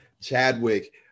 Chadwick